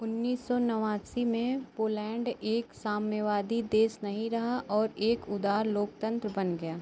उन्नीस सौ नवासी में पोलैंड एक साम्यवादी देश नहीं रहा और एक उदार लोकतंत्र बन गया